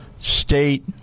state